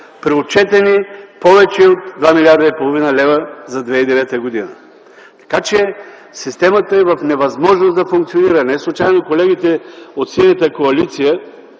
при отчетени повече от 2,5 млрд. лв. за 2009 г. Така че системата е в невъзможност да функционира. Не случайно колегите от Синята коалиция